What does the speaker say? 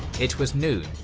it was noon,